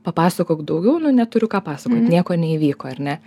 papasakok daugiau nu neturiu ką pasakot nieko neįvyko ar ne